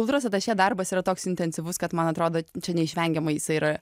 kultūros atašė darbas yra toks intensyvus kad man atrodo čia neišvengiamai jisai yra